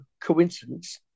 coincidence